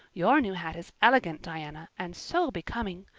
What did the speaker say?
your new hat is elegant, diana, and so becoming.